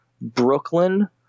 Brooklyn